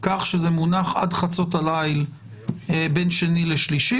כך שזה מונח עד חצות הליל בין שני לשלישי